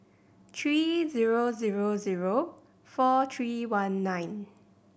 three zero zero zero four three one nine